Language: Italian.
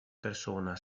persona